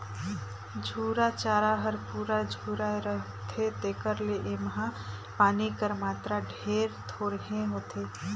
झूरा चारा हर पूरा झुराए रहथे तेकर ले एम्हां पानी कर मातरा ढेरे थोरहें होथे